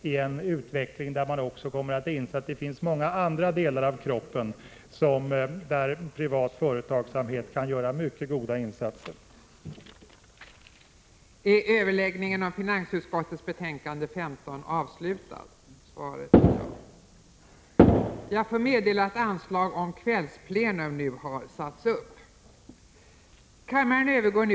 Jag tror nämligen att man kommer att inse att privat företagsamhet kan göra mycket goda insatser även när det gäller många andra delar av kroppen och i andra delar av samhällslivet.